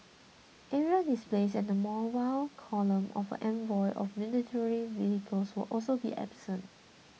aerial displays and the mobile column of a convoy of military vehicles will also be absent